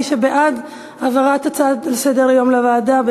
מי שבעד העברת ההצעה לסדר-היום לוועדה,